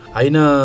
aina